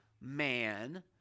man